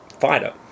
fighter